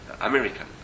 American